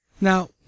Now